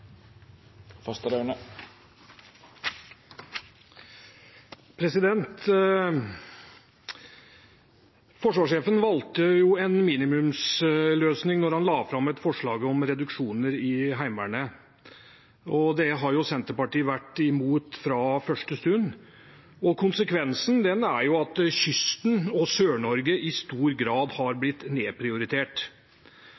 han refererte. Forsvarssjefen valgte en minimumsløsning da han la fram et forslag om reduksjoner i Heimevernet. Det har Senterpartiet vært mot fra første stund. Konsekvensen er at kysten og Sør-Norge i stor grad er blitt nedprioritert. Jeg vil si at det har